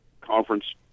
conference